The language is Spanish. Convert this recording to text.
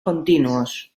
continuos